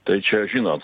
tai čia žinot